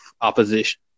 opposition